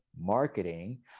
marketing